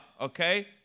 okay